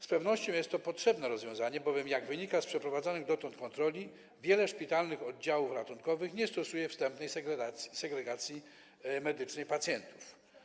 Z pewnością jest to potrzebne rozwiązanie, bowiem jak wynika z przeprowadzonych dotąd kontroli, wiele szpitalnych oddziałów ratunkowych nie stosuje wstępnej segregacji medycznej pacjentów.